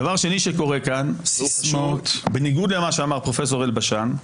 דבר שני שקורה כאן, בניגוד למה שאמר פרופ' אלבשן,